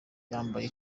yambaye